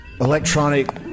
electronic